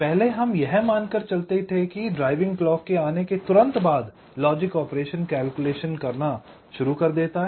पहले हम यह मान कर चलते थे की ड्राइविंग क्लॉक के आने के तुरंत बाद लॉजिक ऑपरेशन कैलकुलेशन करना शुरू कर देता है